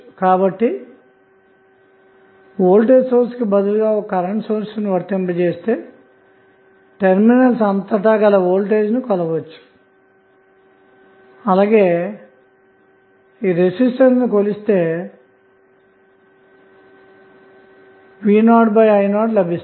కాబట్టి voltage source కి బదులుగా ఒక కరెంటు సోర్స్ ని వర్తింపజేస్తే టెర్మినల్స్ అంతటా గల వోల్టేజ్ కొలవచ్చు అలాగే R th ని కొలిస్తే vo io లభిస్తుంది